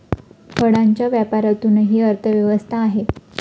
फळांच्या व्यापारातूनही अर्थव्यवस्था आहे